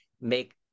make